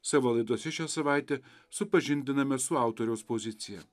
savo laidose šią savaitę supažindiname su autoriaus pozicija